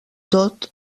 tot